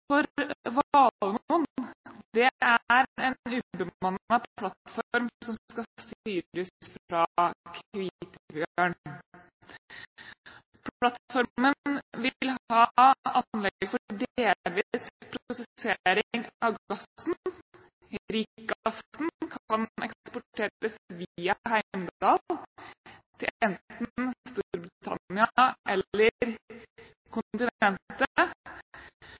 for Valemon, er en ubemannet plattform som skal styres fra Kvitebjørn. Plattformen vil ha anlegg for delvis prosessering av gassen. Rikgassen kan eksporteres via Heimdal til enten Storbritannia eller